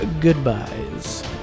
goodbyes